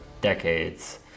decades